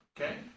Okay